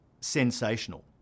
sensational